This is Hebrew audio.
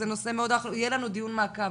זו מטרת הארגון להפוך לבית.